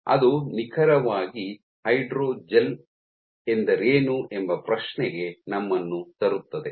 ಅದು ನಿಖರವಾಗಿ ಹೈಡ್ರೋಜೆಲ್ ಎಂದರೇನು ಎಂಬ ಪ್ರಶ್ನೆಗೆ ನಮ್ಮನ್ನು ತರುತ್ತದೆ